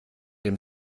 dem